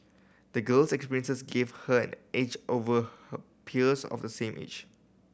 the girl's experiences gave her an edge over her peers of the same age